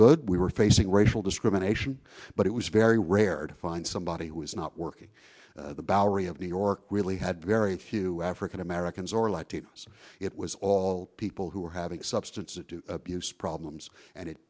good we were facing racial discrimination but it was very rare to find somebody who was not working the bowery of new york really had very few african americans or latinos it was all people who were having substance abuse problems and it